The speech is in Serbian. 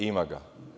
Ima ga.